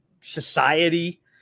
Society